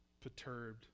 perturbed